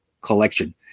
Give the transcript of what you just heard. collection